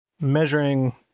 measuring